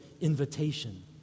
invitation